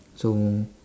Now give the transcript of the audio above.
so